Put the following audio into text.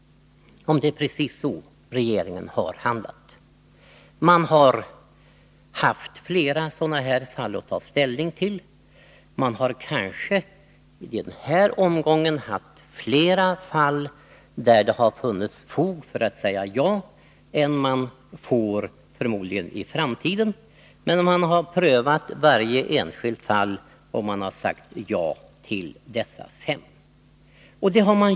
Det är precis så regeringen har handlat. Den har haft flera fall att ta ställning till. I den här omgången har man kanske haft fler fall där det funnits fog för att säga ja än man förmodligen får i framtiden. Varje enskilt fall har dock prövats, och man har sagt ja till dessa fem kommundelningar.